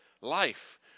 life